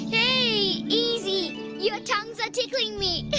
hey! easy! your tongues are tickling me!